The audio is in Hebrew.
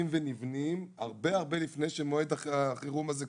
ונבנים הרבה הרבה לפני שמועד החירום הזה קורה.